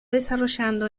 desarrollando